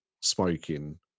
smoking